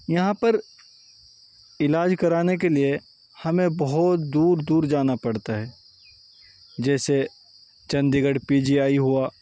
یہاں پر علاج کرانے کے لیے ہمیں بہت دور دور جانا پڑتا ہے جیسے Chandigarh P G I ہوا